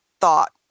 thought